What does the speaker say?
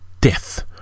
death